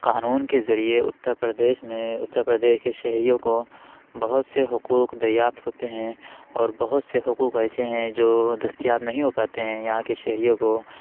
قانون کے ذریعہ اتر پردیش میں اتر پردیش کے شہریوں کو بہت سے حقوق دریافت ہوتے ہیں اور بہت سے حقوق ایسے ہیں جو دستیاب نہیں ہو پاتے ہیں یہاں کے شہریوں کو